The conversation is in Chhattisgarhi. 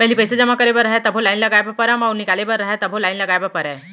पहिली पइसा जमा करे बर रहय तभो लाइन लगाय बर परम अउ निकाले बर रहय तभो लाइन लगाय बर परय